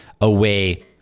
away